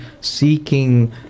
seeking